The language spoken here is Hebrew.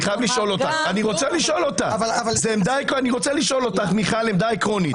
אני רוצה לשאול אותך, מיכל, עמדה עקרונית.